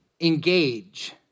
engage